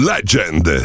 Legend